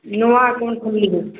ନୂଆ ଆକାଉଣ୍ଟ ଖୋଲିବି